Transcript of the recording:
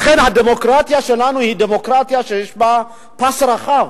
לכן הדמוקרטיה שלנו היא דמוקרטיה שיש בה פס רחב,